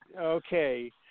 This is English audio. Okay